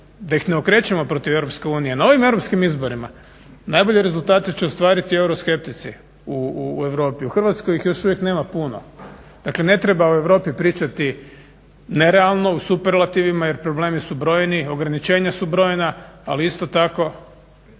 da ih ne okrećemo protiv EU. Na ovim europskim izborima najbolje rezultate će ostvariti euroskeptici u Europi. U Hrvatskoj ih još uvijek nema puno. Dakle, ne treba o Europi pričati nerealno u superlativima jer problemi su brojni, ograničenja su brojna ali isto tako